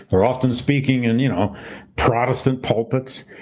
they're often speaking in you know protestant pulpits.